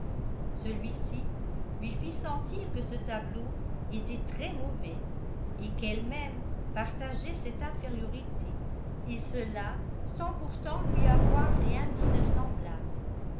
celui-ci lui fit sentir que ce tableau était très mauvais et qu'elle-même partageait cette infériorité et cela sans pourtant lui avoir rien dit de semblable